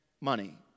money